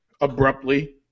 abruptly